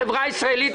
החברה הישראלית,